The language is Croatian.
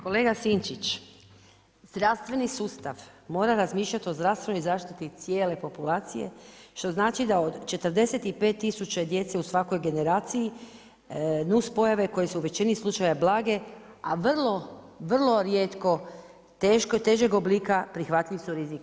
Kolega Sinčić, zdravstveni sustav mora razmišljati o zdravstvenoj zaštiti cijele populacije što znači da od 45000 djece u svakoj generaciji nuspojave koje su u većini slučajeva blage, a vrlo, vrlo rijetko težeg oblika prihvatljiv su rizik.